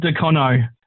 Decono